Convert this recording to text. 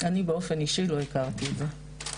אני באופן אישי לא הכרתי את זה.